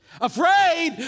afraid